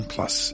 Plus